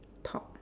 top